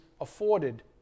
afforded